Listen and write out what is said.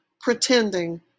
pretending